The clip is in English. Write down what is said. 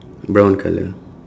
brown colour